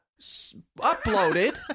uploaded